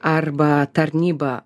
arba tarnyba